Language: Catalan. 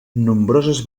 nombroses